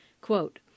Quote